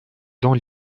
dans